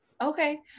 Okay